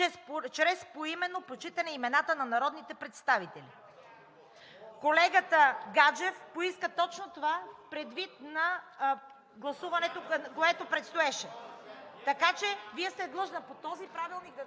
чрез поименно прочитане имената на народните представители“. Колегата Гаджев поиска точно това предвид на гласуването, което предстоеше. Така че Вие сте длъжна по този правилник да дадете